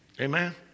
Amen